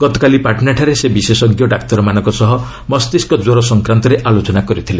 ଗତକାଲି ପାଟ୍ନାଠାରେ ସେ ବିଶେଷଜ୍ଞ ଡାକ୍ତରମାନଙ୍କ ସହ ମସ୍ତିଷ୍କ କ୍ୱର ସଂକ୍ରାନ୍ତରେ ଆଲୋଚନା କରିଥିଲେ